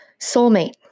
soulmate